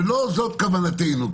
ולא זאת כוונתנו.